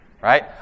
right